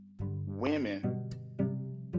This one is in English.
women